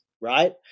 right